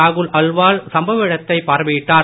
ராகுல் அல்வால் சம்பவ இடைத்தை பார்வையிட்டார்